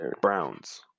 Browns